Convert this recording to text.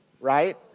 right